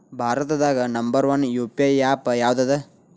ಭಾರತದಾಗ number one UPI app ಯಾವದದ